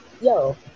yo